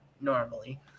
normally